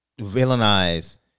villainize